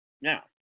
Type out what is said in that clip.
Now